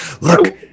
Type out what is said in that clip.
Look